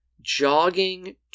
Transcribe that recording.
jogging